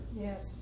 Yes